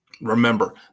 Remember